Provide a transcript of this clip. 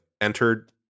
entered